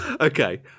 Okay